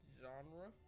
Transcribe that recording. genre